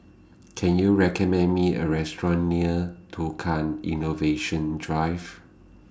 Can YOU recommend Me A Restaurant near Tukang Innovation Drive